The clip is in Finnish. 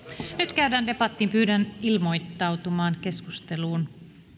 käydään debattiin pyydän ilmoittautumaan keskusteluun arvoisa